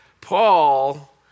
Paul